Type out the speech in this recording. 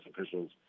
officials